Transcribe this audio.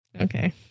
okay